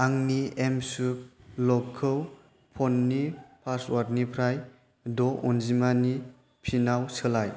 आंनि एमस्वुक लकखौ फननि पासवर्डनिफ्राय द' अनजिमानि पिनाव सोलाय